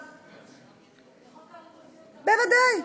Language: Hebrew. בחוק הריכוזיות, בוודאי.